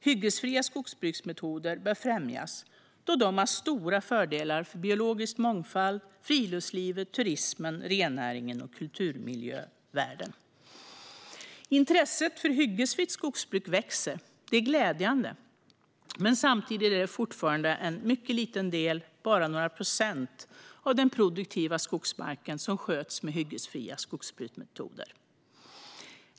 Hyggesfria skogsbruksmetoder bör främjas, då de har stora fördelar för biologisk mångfald, friluftsliv, turism, rennäring och kulturmiljövärden. Intresset för hyggesfritt skogsbruk växer. Det är glädjande. Men samtidigt är det fortfarande en mycket liten del, bara några procent, av den produktiva skogsmarken som sköts med hyggesfria skogsbruksmetoder.